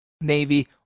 navy